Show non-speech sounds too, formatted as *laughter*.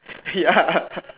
ya *laughs*